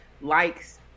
likes